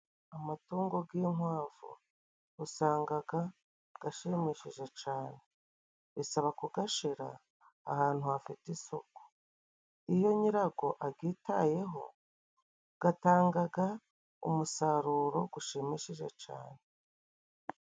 Amatungo g'inkwavu usangaga gashimishije cane, bisaba kugashira ahantu hafite isuku. Iyo nyirako abyitayeho, gatangaga umusaruro gushimishije cane.